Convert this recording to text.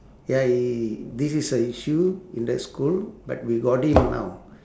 ya he he this is a issue in the school but we got him now